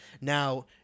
Now